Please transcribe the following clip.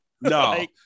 No